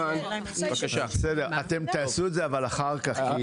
אתם תעשו את זה אחר כך.